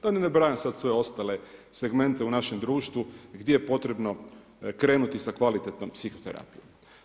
Da ne nabrajam sad sve ostale segmente u našem društvu, gdje je potrebno krenuti sa kvalitetnom psihoterapijom.